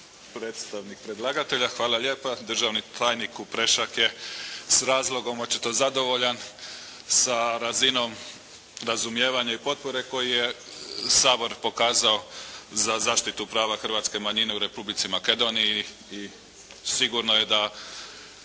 predstavnik predlagatelja? Hvala lijepa. Državni tajnik Kuprešak je s razlogom očito zadovoljan sa razinom razumijevanja i potpore koju je Sabor pokazao za zaštitu prava hrvatske manjine u Republici Makedoniji i sigurno je da